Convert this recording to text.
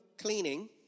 cleaning